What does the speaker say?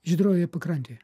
žydrojoje pakrantėje